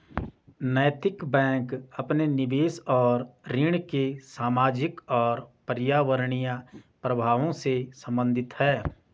नैतिक बैंक अपने निवेश और ऋण के सामाजिक और पर्यावरणीय प्रभावों से संबंधित है